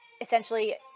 essentially